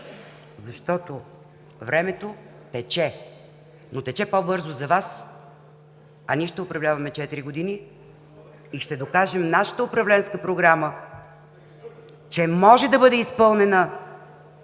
защото времето тече, но тече по-бързо за Вас, а ние ще управляваме четири години и ще докажем, че нашата Управленска програма може да бъде изпълнена